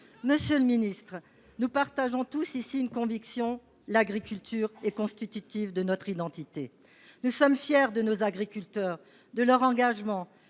Monsieur le ministre, nous partageons tous ici une conviction : l’agriculture est constitutive de notre identité. Nous sommes fiers de nos agriculteurs, de leur engagement